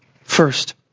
First